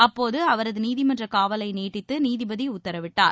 அப்போது அவரது நீதிமன்ற காவலை நீடித்து நீதிபதி உத்தரவிட்டார்